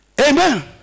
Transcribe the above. Amen